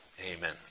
Amen